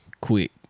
quick